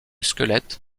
squelettes